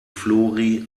flori